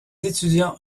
étudiants